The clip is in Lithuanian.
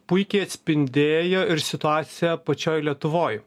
puikiai atspindėjo ir situaciją pačioj lietuvoj